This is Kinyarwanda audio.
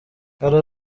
hari